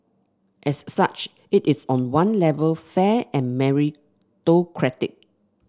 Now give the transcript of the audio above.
as such it is on one level fair and meritocratic